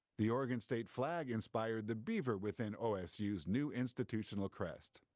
the oregon state flag inspired the beaver within osu's new institutional crest.